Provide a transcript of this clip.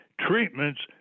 treatments